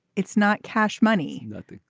it's not cash money nothing.